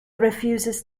refuses